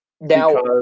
Now